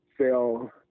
sell